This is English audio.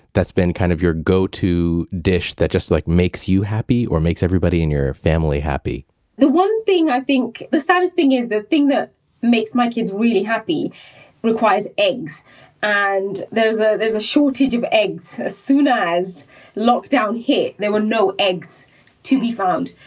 that's been kind of your go to dish that just like makes you happy or makes everybody and your family happy the one thing i think, the saddest thing is the thing that makes my kids really happy requires eggs and there's ah there's a shortage of eggs. as soon as lockdown hit, there were no eggs to be found.